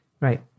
Right